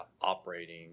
operating